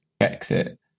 exit